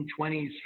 1920s